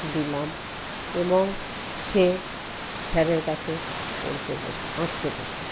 দিলাম এবং সে স্যারের কাছে পড়তে বসলো আঁকতে বসলো